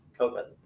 COVID